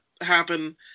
happen